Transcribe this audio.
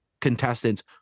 contestants